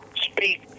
speak